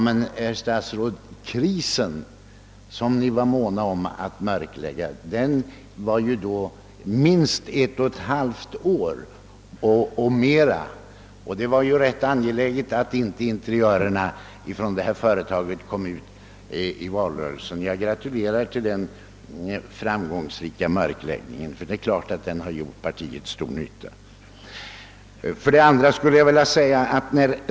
Men, herr statsråd, den kris som ni var måna om att mörklägga var då minst ett och ett halvt år gammal, och det var ju rätt angeläget att interiörerna från detta företag inte kom ut i valrörelsen. Jag gratulerar till denna framgångsrika mörkläggning; det är klart att den var till stor nytta för partiet.